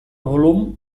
volum